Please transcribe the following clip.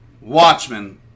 Watchmen